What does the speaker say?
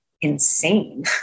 insane